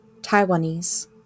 Taiwanese